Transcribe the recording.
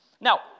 Now